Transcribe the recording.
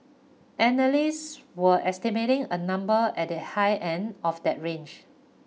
analysts were estimating a number at the high end of that range